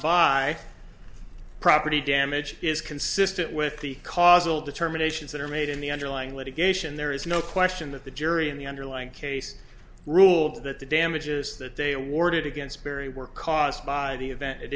by property damage is consistent with the causal determinations that are made in the underlying litigation there is no question that the jury in the underlying case ruled that the damages that they awarded against barry were caused by the event